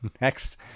next